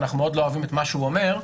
אנחנו מאוד לא אוהבים את מה שהוא אומר.